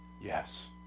Yes